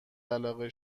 علاقه